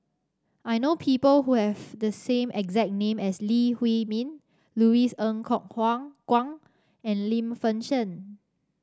I know people who have the same exact name as Lee Huei Min Louis Ng Kok Kwang and Lim Fei Shen